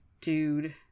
dude